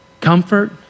comfort